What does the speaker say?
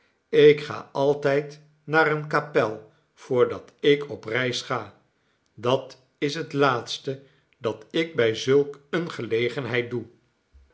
ik ga altijd naar eene kapel voordat ik op reis ga dat is het laatste dat ik bij zulk eene gelegenheid doe